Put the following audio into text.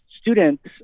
students